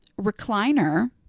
recliner